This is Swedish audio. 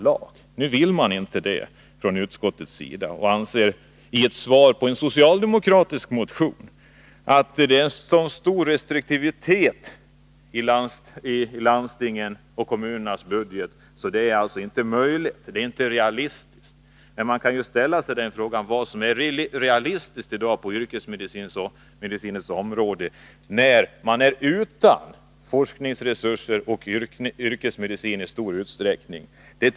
Det vill man inte från utskottets sida. Med anledning av en socialdemokratisk motion skriver man att restriktiviteten är så stor när det gäller landstingens och kommunernas budget att det inte är möjligt. Det är inte realistiskt. Men man kan fråga sig vad som i dag är realistiskt på yrkesmedicinens område, när forskningsresurser och yrkesmedicin i stor utsträckning saknas.